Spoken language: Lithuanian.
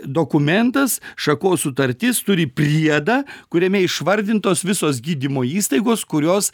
dokumentas šakos sutartis turi priedą kuriame išvardintos visos gydymo įstaigos kurios